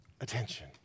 attention